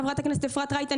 חברת הכנסת אפרת רייטן,